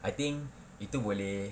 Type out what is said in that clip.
I think itu boleh